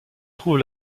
trouve